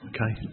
Okay